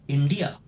India